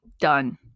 done